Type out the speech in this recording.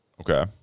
okay